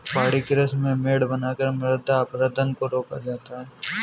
पहाड़ी कृषि में मेड़ बनाकर मृदा अपरदन को रोका जाता है